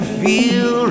feel